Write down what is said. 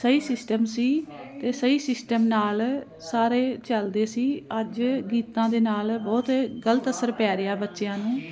ਸਹੀ ਸਿਸਟਮ ਸੀ ਅਤੇ ਸਹੀ ਸਿਸਟਮ ਨਾਲ ਸਾਰੇ ਚੱਲਦੇ ਸੀ ਅੱਜ ਗੀਤਾਂ ਦੇ ਨਾਲ ਬਹੁਤ ਗਲਤ ਅਸਰ ਪੈ ਰਿਹਾ ਬੱਚਿਆਂ ਨੂੰ